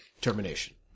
termination